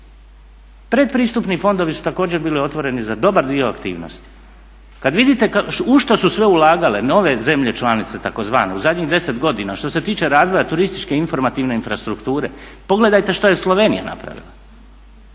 Predpristupni fondovi su također bili otvoreni za dobar dio aktivnosti. Kad vidite u što su sve ulagale nove zemlje članice tzv. u zadnjih 10 godina što se tiče razvoja turističke informativne infrastrukture, pogledajte što je Slovenija napravila?